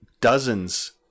dozens